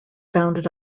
bounded